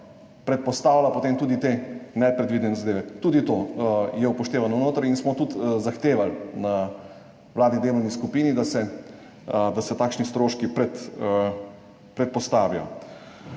predpostavlja potem tudi te nepredvidene zadeve. Tudi to je upoštevano notri in smo tudi zahtevali na vladni delovni skupini, da se takšni stroški predpostavijo.